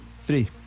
Three